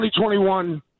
2021